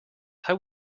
how